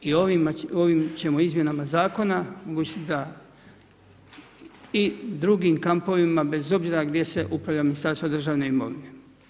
I ovim ćemo izmjenama zakona, omogućiti da i drugim kampovima, bez obzira gdje se upravlja Ministarstvo državne imovine.